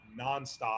nonstop